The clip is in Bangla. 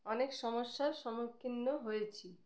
অনেক সমস্যার সম্মুখীন হয়েছি